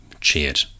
cheered